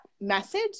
message